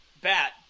bat